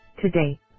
Today